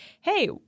hey